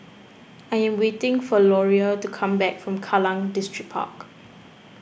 I am waiting for Loria to come back from Kallang Distripark